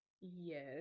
Yes